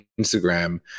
Instagram